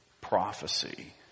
prophecy